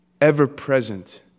ever-present